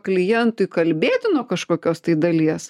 klientui kalbėti nuo kažkokios tai dalies